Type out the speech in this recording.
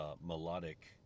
Melodic